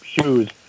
shoes